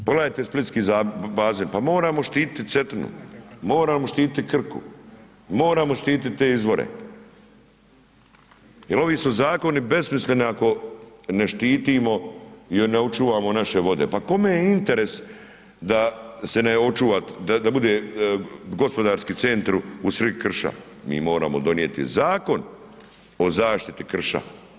Pogledajte splitski bazen, pa moramo štititi Cetinu, moramo štititi Krku, moramo štititi te izvore jel ovi su zakoni besmisleni ako ne štitimo i ne očuvamo naše vode, pa kome je interes da se ne očuva, da bude gospodarski centar u srid krša, mi moramo donijeti Zakon o zaštiti krša.